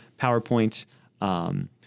PowerPoint